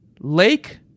Lake